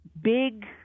big